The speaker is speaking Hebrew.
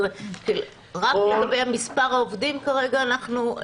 רק לגבי מספר העובדים כרגע אנחנו,